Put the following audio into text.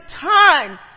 time